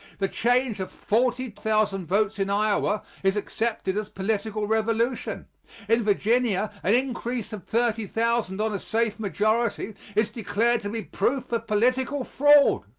the change of forty thousand votes in iowa is accepted as political revolution in virginia an increase of thirty thousand on a safe majority is declared to be proof of political fraud.